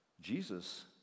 Jesus